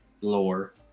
lore